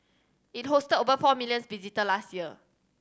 it hosted over four millions visitor last year